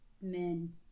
men